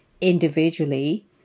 individually